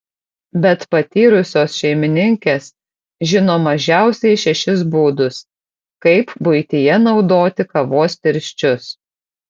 bet patyrusios šeimininkės žino mažiausiai šešis būdus kaip buityje naudoti kavos tirščius